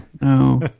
no